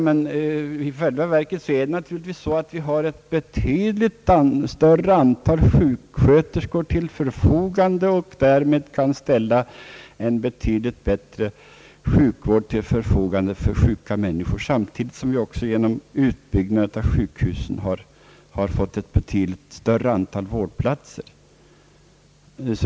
Men i själva verket står ett betydligt större antal sjuksköterskor till förfogande, och vi kan därmed tillhandahålla betydligt bättre sjukvård för sjuka människor samtidigt som vi också genom utbyggnad av sjukhusen har fått ett betydligt större antal vårdplatser.